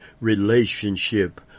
relationship